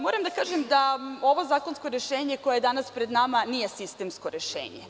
Moram da kažem da ovo zakonsko rešenje koje je danas pred nama nije sistemsko rešenje.